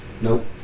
nope